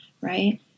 right